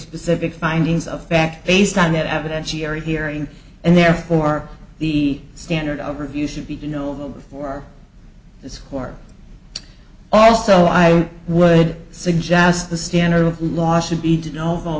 specific findings of fact based on the evidence she are hearing and therefore the standard of review should be to know before this court also i would suggest the standard of law should be to no